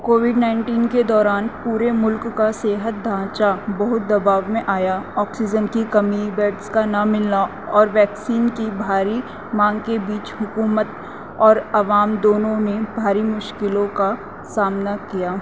Covid nineteen کے دوران پورے ملک کا صحت ڈھانچا بہت دباؤ میں آیا آکسیجن کی کمی بیڈس کا نہ ملنا اور ویکسین کی بھاری مانگ کے بیچ حکومت اور عوام دونوں نے بھاری مشکلوں کا سامنا کیا